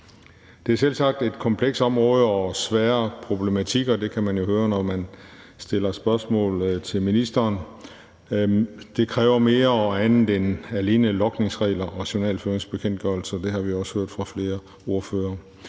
Det er selvsagt et komplekst område og svære problematikker. Det kan man jo høre, når man stiller spørgsmål til ministeren. Det kræver mere og andet end alene logningsregler og journalføringsbekendtgørelser. Det har vi også hørt fra flere ordførere.